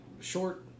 short